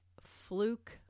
fluke